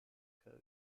code